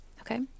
Okay